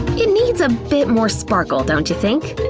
it needs a bit more sparkle, don't you think?